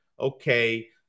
okay